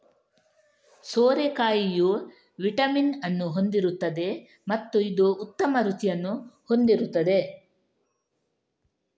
ಸೋರೆಕಾಯಿಯು vitamin ಅನ್ನು ಹೊಂದಿರುತ್ತದೆ ಮತ್ತು ಇದು ಉತ್ತಮ ರುಚಿಯನ್ನು ಹೊಂದಿರುತ್ತದೆ